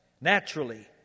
naturally